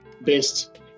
best